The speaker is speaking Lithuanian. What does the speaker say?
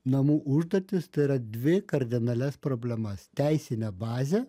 namų užduotis tai yra dvi kardinalias problemas teisinę bazę